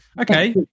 Okay